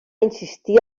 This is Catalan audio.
insistir